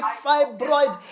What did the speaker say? fibroid